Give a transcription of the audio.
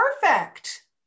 Perfect